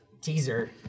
teaser